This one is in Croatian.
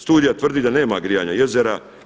Studija tvrdi da nema grijanja jezera.